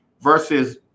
versus